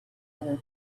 other